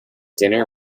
dinner